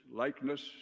likeness